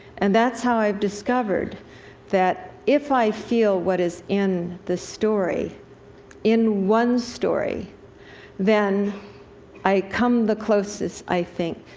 and that's how i've discovered that if i feel what is in the story in one story then i come the closest, i think,